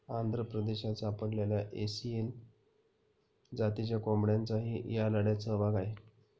आंध्र प्रदेशात सापडलेल्या एसील जातीच्या कोंबड्यांचाही या लढ्यात सहभाग आहे